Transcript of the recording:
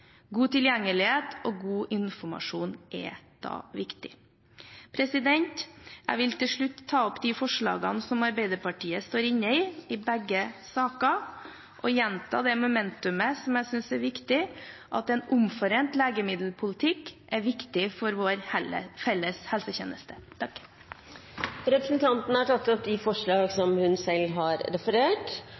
God tilgjengelighet og god informasjon er viktig. Jeg vil til slutt ta opp de forslagene som Arbeiderpartiet er medforslagsstiller til, i begge sakene – og jeg gjentar det momentet jeg synes er viktig: En omforent legemiddelpolitikk er viktig for vår felles helsetjeneste. Representanten Ingvild Kjerkol har tatt opp de forslagene hun